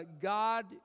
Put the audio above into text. God